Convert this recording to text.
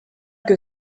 que